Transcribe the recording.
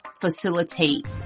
facilitate